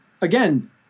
again